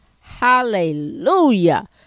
Hallelujah